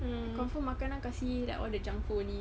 mm confirm makanan kasi like all the junk food only